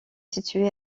située